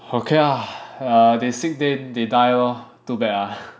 okay lah err they sick then they die lor too bad lah